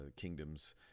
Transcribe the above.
kingdoms